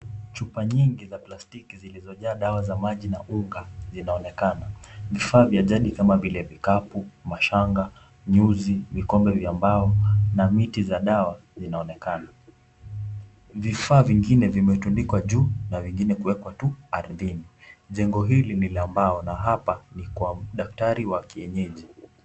Chupa nyingi za plastiki zilizojaa dawa za maji na unga, zinaonekana. Vifaa vya jadi kama vile vikapu, mashanga, nyuzi, vikombe vya mbao, na miti za dawa zinaonekana. Vifaa vingine vimetundikwa juu na wengine kuwekwa tu ardhini. Jengo hili ni la mbao, na hapa ni kwa daktari wa kienyeji.